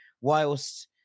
whilst